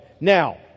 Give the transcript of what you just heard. Now